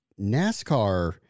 NASCAR